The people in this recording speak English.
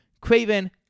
Craven